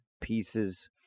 pieces